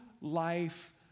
life